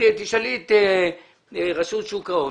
תשאלי את רשות שוק ההון.